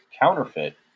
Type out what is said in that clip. counterfeit